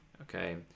okay